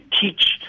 teach